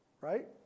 right